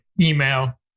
email